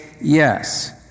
yes